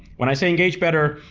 when i say engage better,